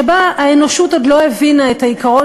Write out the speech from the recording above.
שבה האנושות עוד לא הבינה את העיקרון